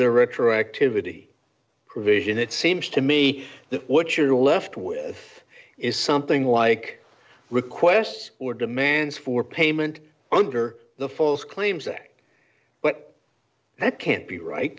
retroactivity provision it seems to me that what you're left with is something like requests or demands for payment under the false claims act but that can't be right